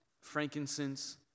frankincense